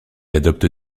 adopte